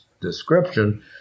description